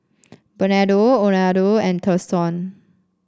Bernardo Orlando and Thurston